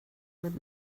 with